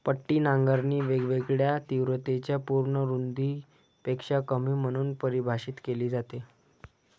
पट्टी नांगरणी वेगवेगळ्या तीव्रतेच्या पूर्ण रुंदीपेक्षा कमी म्हणून परिभाषित केली जाते